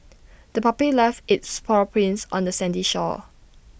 the puppy left its paw prints on the sandy shore